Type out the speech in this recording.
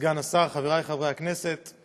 סגן השר, חברי חברי הכנסת,